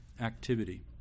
activity